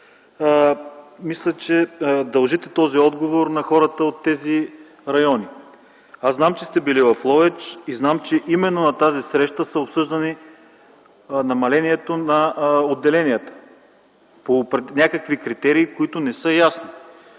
Мисля, че дължите този отговор на хората от тези райони. Зная, че сте били в Ловеч и именно на тази среща е обсъждано намалението на отделението по някакви критерии, които не са ясни.